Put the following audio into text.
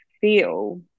feel